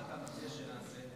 מה אתה מציע שנעשה?